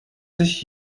sich